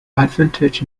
advantage